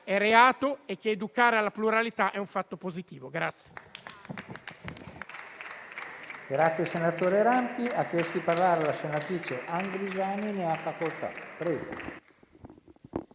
è reato e che educare alla pluralità è un fatto positivo.